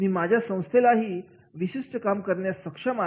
मी माझ्या संस्थेमधीलहे विशिष्ट काम करण्यास सक्षम आहे